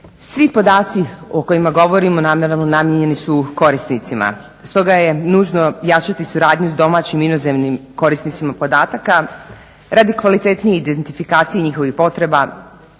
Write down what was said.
Svi podaci o kojima govorimo namijenjeni su korisnicima. Stoga je nužno jačati suradnju s domaćim i inozemnim korisnicima podataka radi kvalitetnije identifikacije njihovih potreba,